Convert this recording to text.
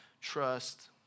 trust